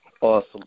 Awesome